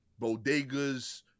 bodegas